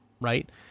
right